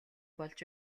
болж